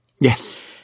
Yes